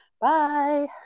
bye